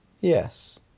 Yes